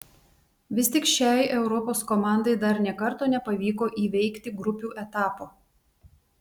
vis tik šiai europos komandai dar nė karto nepavyko įveikti grupių etapo